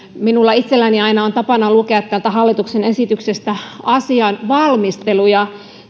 minulla itselläni on aina tapana lukea täältä hallituksen esityksestä asian valmistelu ja